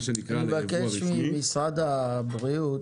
מה שנקרא --- אני מבקש ממשרד הבריאות